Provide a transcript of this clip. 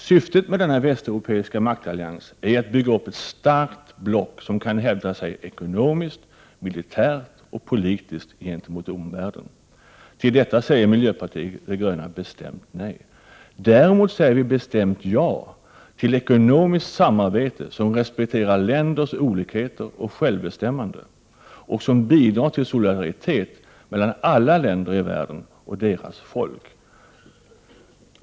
Syftet med denna västeuropeiska maktallians är att bygga ett starkt block, som kan hävda sig ekonomiskt, militärt och politiskt gentemot omvärlden. Till detta säger miljöpartiet de gröna ett bestämt nej. Däremot säger vi ett bestämt ja till ekonomiskt samarbete, som respekterar länders olikheter och självbestämmande och som bidrar till solidaritet mellan alla länder i världen och deras folk.